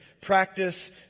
practice